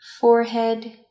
forehead